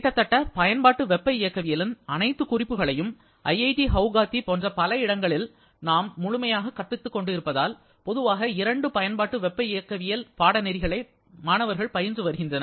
கிட்டத்தட்ட பயன்பாட்டு வெப்ப இயக்கவியலின் அனைத்து குறிப்புகளையும் ஐஐடி குவஹாத்தி போன்ற பல இடங்களில் நாம் முழுமையாக கற்பித்துக் கொண்டிருப்பதால் பொதுவாக இரண்டு பயன்பாட்டு வெப்ப இயக்கவியல் பாடநெறிகளை மாணவர்கள் பயின்று வருகின்றனர்